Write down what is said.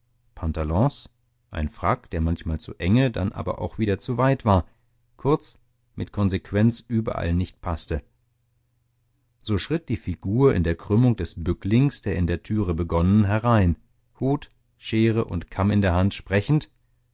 pantalons ein frack der manchmal zu enge dann aber auch wieder zu weit war kurz mit konsequenz überall nicht paßte so schritt die figur in der krümmung des bücklings der in der türe begonnen herein hut schere und kamm in der hand sprechend